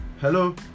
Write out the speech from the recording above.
Hello